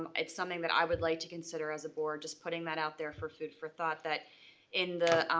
it's something that i would like to consider as a board, just putting that out there for food for thought that in the,